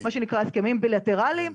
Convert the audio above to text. מה שנקרא הסכמים בילטרליים,